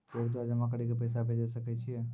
Cheque द्वारा जमा करि के पैसा भेजै सकय छियै?